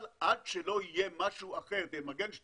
אבל עד שלא יהיה משהו אחר, ומגן 2